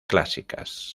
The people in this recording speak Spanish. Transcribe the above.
clásicas